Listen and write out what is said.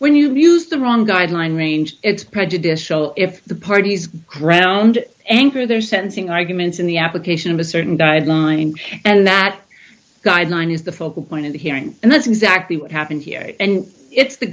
when you use the wrong guideline range it's prejudicial if the parties ground anchor their sentencing arguments in the application of a certain guidelines and that guideline is the focal point of the hearing and that's exactly what happened here and it's the